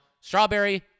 strawberry